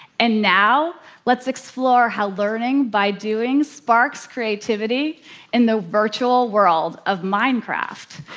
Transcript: and now let's explore how learning by doing sparks creativity in the virtual world of minecraft.